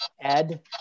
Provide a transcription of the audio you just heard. ed